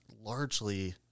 largely